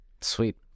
Sweet